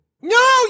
No